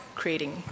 creating